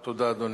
תודה, אדוני.